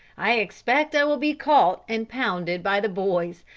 i expect i will be caught and pounded by the boys,